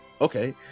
okay